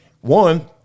one –